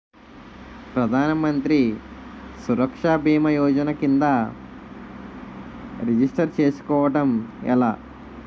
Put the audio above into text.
ప్రధాన మంత్రి సురక్ష భీమా యోజన కిందా రిజిస్టర్ చేసుకోవటం ఎలా?